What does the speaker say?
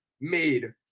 made